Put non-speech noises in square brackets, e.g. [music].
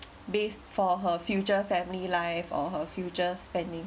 [noise] based for her future family life or her future spending